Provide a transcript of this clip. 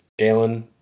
Jalen